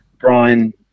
Brian –